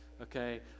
okay